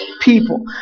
people